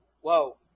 whoa